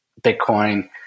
Bitcoin